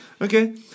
Okay